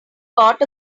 got